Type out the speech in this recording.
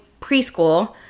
preschool